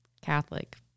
Catholic